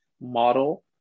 model